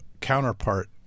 counterpart